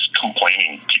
complaining